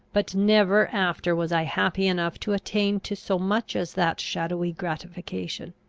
but never after was i happy enough to attain to so much as that shadowy gratification.